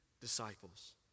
disciples